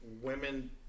women